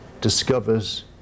discovers